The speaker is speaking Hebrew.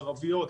ערביות,